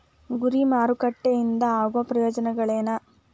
ಗುರಿ ಮಾರಕಟ್ಟೆ ಇಂದ ಆಗೋ ಪ್ರಯೋಜನಗಳೇನ